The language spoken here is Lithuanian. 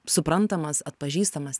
suprantamas atpažįstamas